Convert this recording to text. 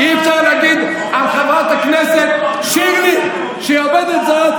יוסי שיין עובד זר.